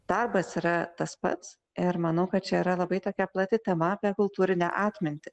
darbas yra tas pats ir manau kad čia yra labai tokia plati tema apie kultūrinę atmintį